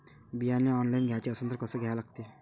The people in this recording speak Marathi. बियाने ऑनलाइन घ्याचे असन त कसं घ्या लागते?